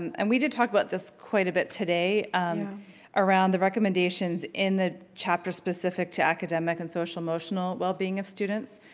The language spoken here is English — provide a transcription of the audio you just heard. and we did talk about this quite a bit today around the recommendation in the chapter specific to academic and social-emotional wellbeing of students.